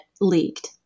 leaked